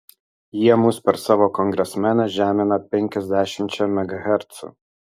jie mus per savo kongresmeną žemina penkiasdešimčia megahercų